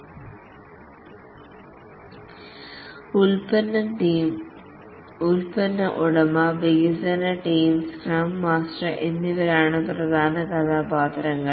product ഉടമ വികസന team scrum master എന്നിവരാണ് പ്രധാന കഥാപാത്രങ്ങൾ